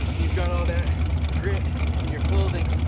you've got all that grit in your clothing,